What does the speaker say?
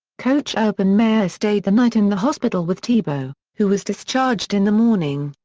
coach urban meyer stayed the night in the hospital with tebow, who was discharged in the morning.